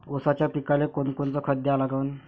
ऊसाच्या पिकाले कोनकोनचं खत द्या लागन?